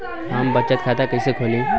हम बचत खाता कइसे खोलीं?